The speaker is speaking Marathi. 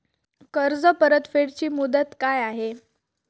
कर्ज परतफेड ची मुदत काय आहे?